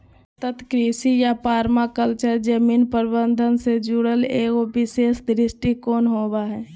सतत कृषि या पर्माकल्चर जमीन प्रबन्धन से जुड़ल एगो विशेष दृष्टिकोण होबा हइ